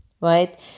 right